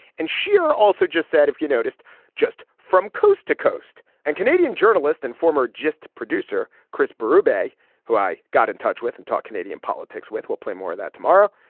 and shear also just said if you noticed just from coast to coast and canadian journalist and former just producer chris brubeck who i got in touch with and talk canadian politics with will play more of that tomorrow.